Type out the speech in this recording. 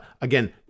again